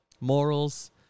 morals